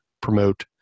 promote